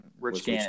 Rich